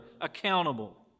accountable